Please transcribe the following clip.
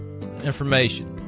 information